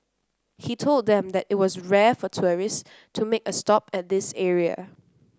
he told them that it was rare for tourist to make a stop at this area